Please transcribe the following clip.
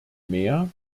mehr